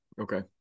okay